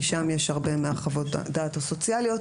כי שם יש הרבה מחוות-הדעת הסוציאליות.